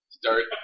start